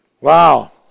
wow